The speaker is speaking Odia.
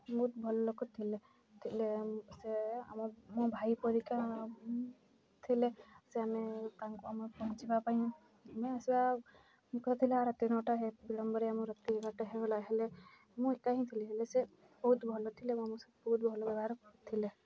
ବହୁତ ଭଲ ଲୋକ ଥିଲେ ଥିଲେ ସେ ଆମ ମୋ ଭାଇ ପରିକା ଥିଲେ ସେ ଆମେ ତାଙ୍କୁ ଆମେ ପହଞ୍ଚିବା ପାଇଁ ଆମେ ଆସିବା ମୁଖ୍ୟ ଥିଲା ଆଉ ରାତି ନଅଟା ହୋଇ ବିଳମ୍ବରେ ରାତି ଏଗାରଟା ହୋଇଗଲା ହେଲେ ମୁଁ ଏକା ହିଁ ଥିଲି ହେଲେ ସେ ବହୁତ ଭଲ ଥିଲେ ମୁଁ ସେ ବହୁତ ଭଲ ବ୍ୟବହାର କରୁଥିଲେ